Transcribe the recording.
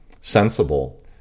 sensible